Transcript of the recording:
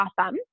awesome